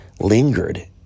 lingered